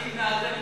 אל תבנה על זה,